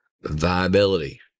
viability